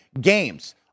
games